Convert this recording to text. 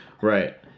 right